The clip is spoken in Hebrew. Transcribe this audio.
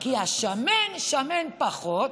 כי השמן, שמן פחות,